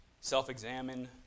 self-examine